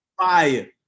fire